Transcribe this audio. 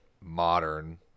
modern